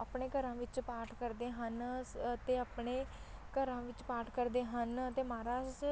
ਆਪਣੇ ਘਰਾਂ ਵਿੱਚ ਪਾਠ ਕਰਦੇ ਹਨ ਸ ਅਤੇ ਆਪਣੇ ਘਰਾਂ ਵਿੱਚ ਪਾਠ ਕਰਦੇ ਹਨ ਅਤੇ ਮਹਾਰਾਜ